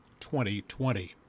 2020